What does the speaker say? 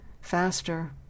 faster